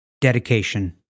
Dedication